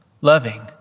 loving